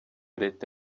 leta